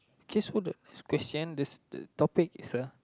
kiss what the question this topic is the